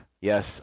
Yes